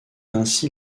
ainsi